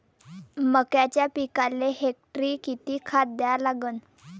मक्याच्या पिकाले हेक्टरी किती खात द्या लागन?